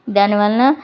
దాని వలన